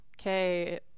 Okay